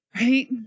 right